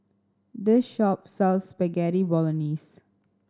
this shop sells Spaghetti Bolognese